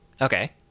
Okay